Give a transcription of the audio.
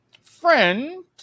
Friend